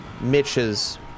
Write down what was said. Mitch's